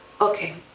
Okay